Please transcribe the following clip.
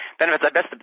benefits